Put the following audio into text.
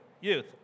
youth